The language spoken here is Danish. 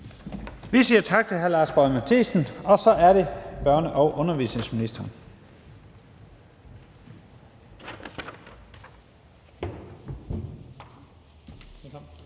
Vi siger tak til hr. Lars Boje Mathiesen, og så er det børne- og undervisningsministeren.